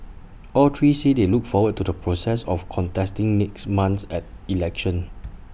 all three said they look forward to the process of contesting next month's election